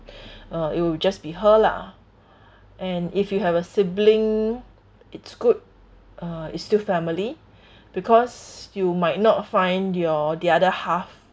uh it'll just be her lah and if you have a sibling it's good uh it's still family because you might not find your the other half